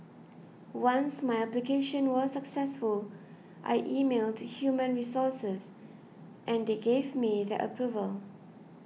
once my application was successful I emailed human resources and they gave me their approval